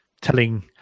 telling